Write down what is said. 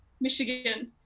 Michigan